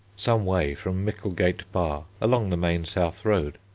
some way from micklegate bar along the main south road.